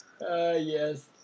yes